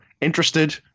interested